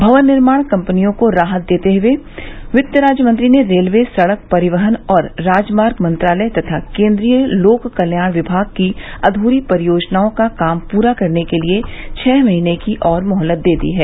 भवन निर्माण कंपनियों को राहत देते हुए वित्त राज्य मंत्री ने रेलवे सड़क परिवहन और राजमार्ग मंत्रालय तथा केन्द्रीय लोक निर्माण विभाग की अध्री परियोजनाओं का काम पूरा करने के लिए छह महीने की और मोहलत दे दी है